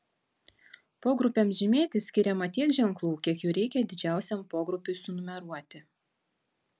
pogrupiams žymėti skiriama tiek ženklų kiek jų reikia didžiausiam pogrupiui sunumeruoti